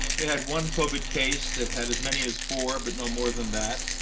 they had one covid case. they've had as many as four, but no more than that.